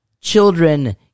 children